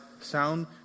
sound